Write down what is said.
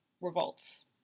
revolts